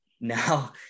Now